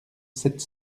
sept